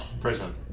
prison